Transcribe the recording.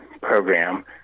program